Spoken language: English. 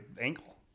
ankle